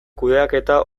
kudeaketa